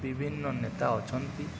ବିଭିନ୍ନ ନେତା ଅଛନ୍ତି